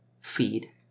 feed